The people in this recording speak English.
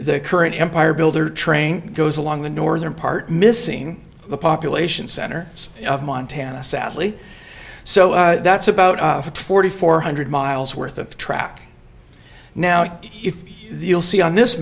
current empire builder train goes along the northern part missing the population center of montana sadly so that's about forty four hundred miles worth of track now you'll see on this